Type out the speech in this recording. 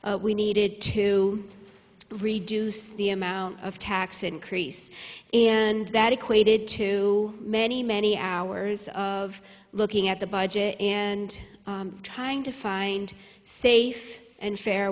we needed to reduce the amount of tax increase and that equated to many many hours of looking at the budget and trying to find safe and fair